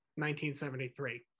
1973